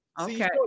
Okay